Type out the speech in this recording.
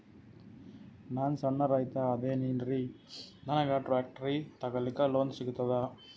ನಾನ್ ಸಣ್ ರೈತ ಅದೇನೀರಿ ನನಗ ಟ್ಟ್ರ್ಯಾಕ್ಟರಿ ತಗಲಿಕ ಲೋನ್ ಸಿಗತದ?